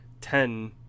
ten